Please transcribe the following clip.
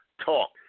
talk